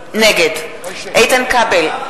נגד איתן כבל,